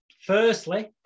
firstly